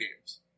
games